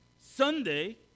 Sunday